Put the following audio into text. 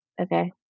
okay